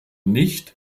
nicht